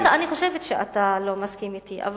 אני חושבת שאתה לא מסכים אתי.